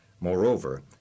Moreover